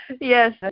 Yes